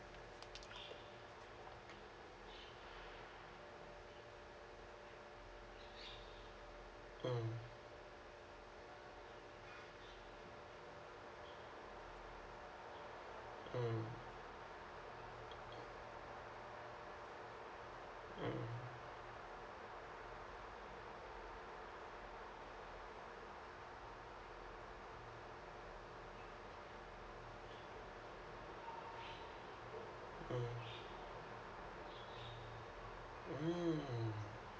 mm mm mm mm mm